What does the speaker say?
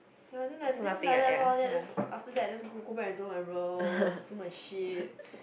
ya then like that loh then I just after that I just go go back and draw my brows do my shit